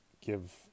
give